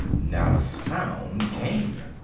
not a sound came.